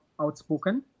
outspoken